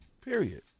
period